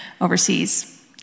overseas